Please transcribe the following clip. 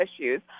issues